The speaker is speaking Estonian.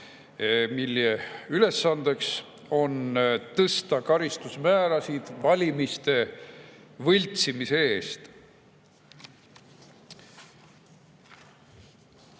mille ülesandeks on tõsta karistusmäärasid valimiste võltsimise eest.